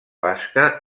basca